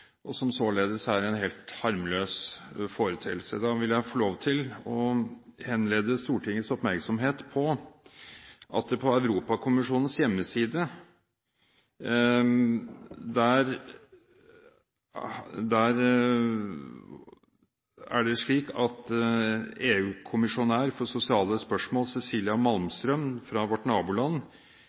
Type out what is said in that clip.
noe som således er en helt harmløs foreteelse. Jeg vil få lov til å henlede Stortingets oppmerksomhet på Europakommisjonens hjemmeside, der EU-kommisær for sosiale spørsmål, Cecilia Malmström fra vårt naboland,